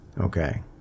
Okay